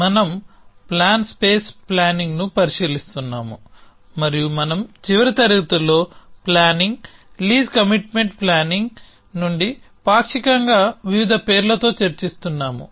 మనం plan space ప్లానింగ్ను పరిశీలిస్తున్నాము మరియు మనం చివరి తరగతిలో ప్లానింగ్ లీజు కమిట్మెంట్ ప్లానింగ్ నుండి పాక్షికంగా వివిధ పేర్లతో చర్చిస్తున్నాము